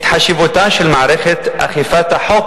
ההצעה להסיר מסדר-היום את הצעת חוק